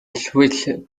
switching